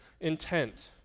intent